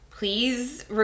please